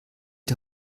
die